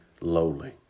lowly